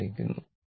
11 ലഭിക്കുന്നു